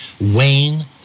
Wayne